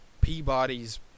Peabody's